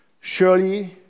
surely